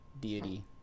deity